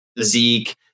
zeke